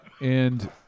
and-